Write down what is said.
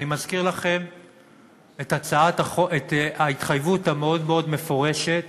אני מזכיר לכם את ההתחייבות המאוד-מאוד מפורשת